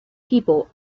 people